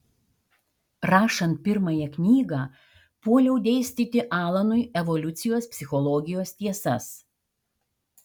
rašant pirmąją knygą puoliau dėstyti alanui evoliucijos psichologijos tiesas